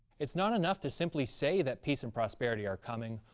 it's not enough to simply say that peace and prosperity are coming.